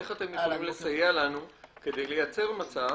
איך אתם יכולים לסייע לנו כדי לייצר מצב